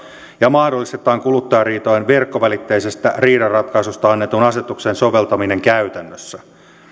ja mahdollistetaan kuluttajariitojen verkkovälitteisestä riidanratkaisusta annetun asetuksen soveltaminen käytännössä